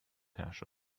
herrsche